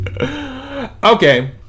Okay